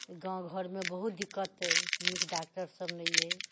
गाँव घरमे बहुत दिक्कत अइ नीक डॉक्टर सब नहि अइ